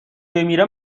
بمیره